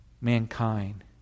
mankind